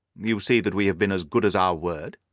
you see that we have been as good as our word.